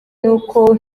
nuko